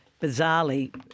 Bizarrely